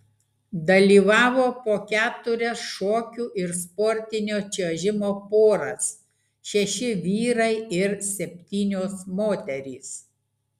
dalyvavo po keturias šokių ir sportinio čiuožimo poras šeši vyrai ir septynios moterys